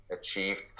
achieved